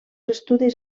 estudis